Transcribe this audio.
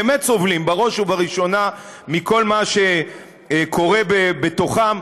באמת סובלים בראש ובראשונה מכל מה שקורה בתוכם,